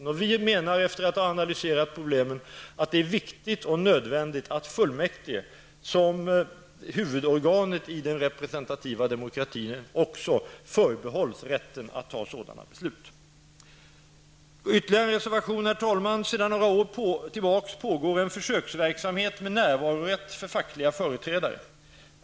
Moderata samlingspartiet menar, efter att ha analyserat problemet, att det är nödvändigt och viktigt att fullmäktige som huvudorgan i den representativa demokratin också förbehålls rätten till att fatta sådana beslut. Sedan några år pågår en försöksverksamhet med närvarorätt för fackliga företrädare.